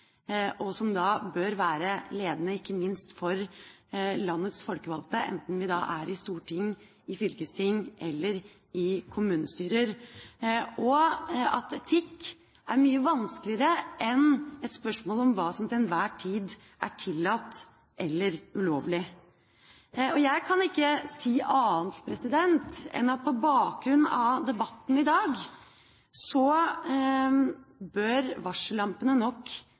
og som bør være ledende, ikke minst for landets folkevalgte, enten vi er i storting, i fylkesting eller i kommunestyrer – og at etikk er mye vanskeligere enn et spørsmål om hva som til enhver tid er tillatt eller ulovlig. Jeg kan ikke si annet enn at på bakgrunn av debatten i dag bør varsellampene nok